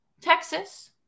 Texas